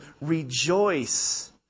rejoice